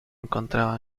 encontraba